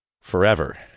forever